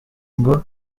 ngo